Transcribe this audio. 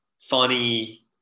funny